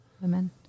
women